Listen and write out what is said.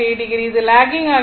8o இது locking ஆகிறது